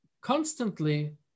constantly